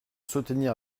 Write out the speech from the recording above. soutenir